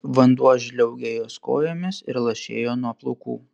vanduo žliaugė jos kojomis ir lašėjo nuo plaukų